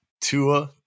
Tua